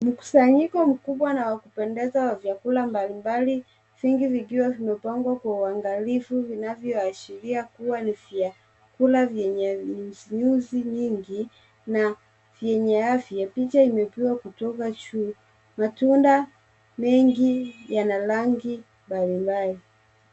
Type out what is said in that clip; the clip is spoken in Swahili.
Mkusanyiko mkubwa na wa kupendeza wa vyakula mbalimbali vingi vikiwa vimepangwa kwa uangalifu vinavyoashiria kuwa ni vyakula vyenye nyuzi nyuzi nyingi na vyenye afya. Picha imepigwa kutoka juu. Matunda mengi yana rangi mbalimbali.